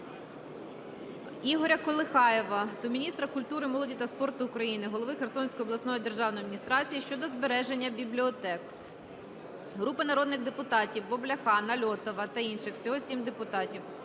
Ігоря Колихаєва до міністра культури, молоді та спорту України, голови Херсонської обласної державної адміністрації щодо збереження бібліотек. Групи народних депутатів (Бобляха, Нальотова та інших. Всього 7 депутатів)